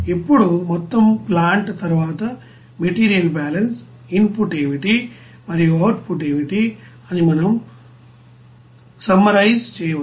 ఇప్పుడు మొత్తం ప్లాంట్ తరువాత మెటీరియల్ బ్యాలెన్స్ ఇన్ పుట్ ఏమిటి మరియు అవుట్ పుట్ ఏమిటి అని మనం సమ్మె రైజ్చెయ్యవచ్చు